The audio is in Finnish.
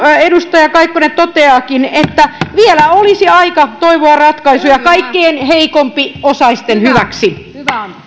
edustaja kaikkonen toteaakin että vielä olisi aika toivoa ratkaisuja kaikkein heikompiosaisten hyväksi